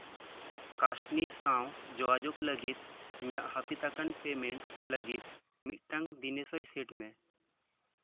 ᱠᱟᱥᱱᱤ ᱥᱟᱶ ᱡᱳᱜᱟᱡᱳᱜᱽ ᱞᱟᱹᱜᱤᱫ ᱤᱧᱟᱹᱜ ᱦᱟᱹᱯᱤᱫ ᱟᱠᱟᱱ ᱯᱮᱢᱮᱱᱴ ᱞᱟᱹᱜᱤᱫ ᱢᱤᱫᱴᱟᱝ ᱫᱤᱱᱮᱥᱚᱭ ᱥᱮᱴ ᱢᱮ